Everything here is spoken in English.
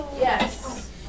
Yes